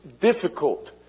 difficult